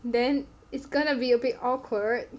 then it's gonna be a bit awkward